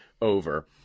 over